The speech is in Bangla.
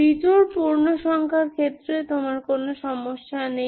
বিজোড় পূর্ণসংখ্যার ক্ষেত্রে তোমার কোনো সমস্যা নেই